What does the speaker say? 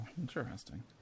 interesting